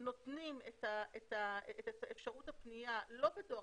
נותנים את אפשרות הפניה לא בדואר